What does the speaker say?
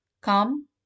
Come